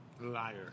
Liar